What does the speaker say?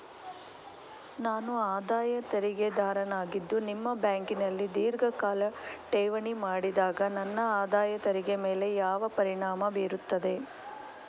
ನಾನು ಆದಾಯ ತೆರಿಗೆದಾರನಾಗಿದ್ದು ನಿಮ್ಮ ಬ್ಯಾಂಕಿನಲ್ಲಿ ಧೀರ್ಘಕಾಲ ಠೇವಣಿ ಮಾಡಿದಾಗ ನನ್ನ ಆದಾಯ ತೆರಿಗೆ ಮೇಲೆ ಯಾವ ಪರಿಣಾಮ ಬೀರುತ್ತದೆ?